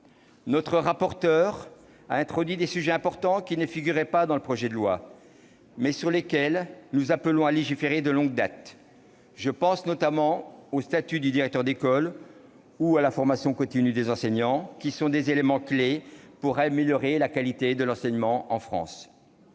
Notre rapporteur a introduit des sujets importants qui ne figuraient pas dans le projet de loi, mais sur lesquels nous appelions à légiférer de longue date : le statut du directeur d'école ou la formation continue des enseignants, qui sont des éléments clés pour améliorer la qualité de l'enseignement en France.